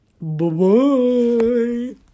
Bye-bye